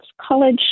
College